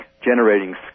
generating